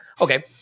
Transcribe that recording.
Okay